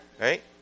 Right